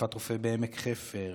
תקיפת רופא בעמק חפר,